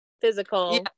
physical